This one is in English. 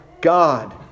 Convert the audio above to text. God